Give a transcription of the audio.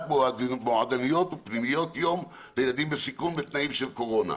מועדוניות ופנימיות יום לילדים בסיכון בתנאים של קורונה,